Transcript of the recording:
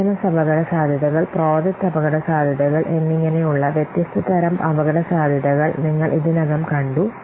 business അപകടസാധ്യതകൾ project അപകടസാധ്യതകൾ എന്നിങ്ങനെയുള്ള വ്യത്യസ്ത തരം അപകടസാധ്യതകൾ നിങ്ങൾ ഇതിനകം കണ്ടു